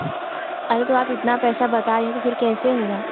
अरे तो आप इतना पैसा बताए हैं तो फिर कैसे हुआ